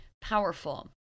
powerful